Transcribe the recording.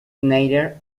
neither